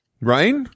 Right